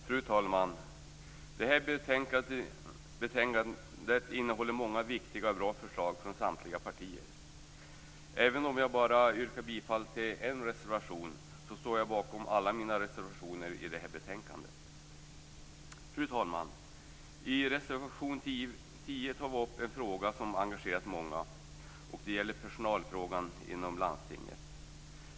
Fru talman! Detta betänkande innehåller många viktiga och bra förslag från samtliga partier. Även om jag bara yrkar bifall till en reservation står jag bakom alla mina reservationer i detta betänkande. Fru talman! I reservation 10 tar vi upp en fråga som engagerat många. Det är personalfrågan inom landstinget.